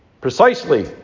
precisely